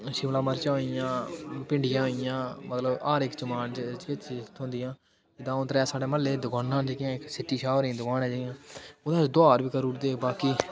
शिमला मर्चां होइयां भिंडियां होइयां मतलब हर इक्क डिमांड जेह्की चीज़ थ्होंदियां दं'ऊ त्रै म्हल्ले च दुकानां न जेह्कियां सिट्टी शाह हुंदी दकान ऐ जि'यां